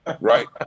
right